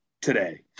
today